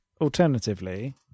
Alternatively